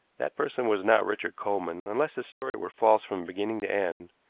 that person was not richard coleman, unless his story were false from beginning to end,